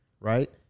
right